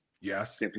Yes